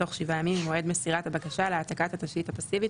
בתוך 7 ימים ממועד מסירת הבקשה להעתקת התשתית הפסיבית,